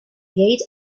gate